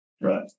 Right